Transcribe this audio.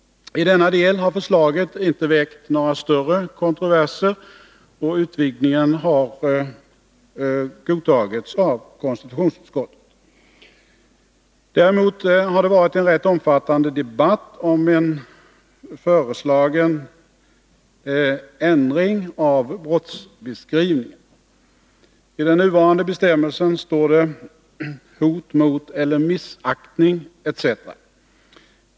I denna del har förslaget inte gett upphov till några större kontroverser, och utvidgningen har godtagits av konstitutionsutskottet. Däremot har det varit en rätt omfattande debatt om förslaget till ändring av brottsbeskrivningen. I den nuvarande bestämmelsen står det ”hot mot eller missaktning ——--”.